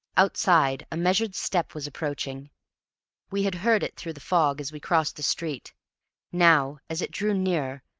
outside, a measured step was approaching we had heard it through the fog as we crossed the street now, as it drew nearer,